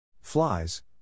Flies